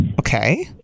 Okay